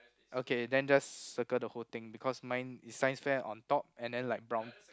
okay then just circle the whole thing because mine is Science fair on top and then like brown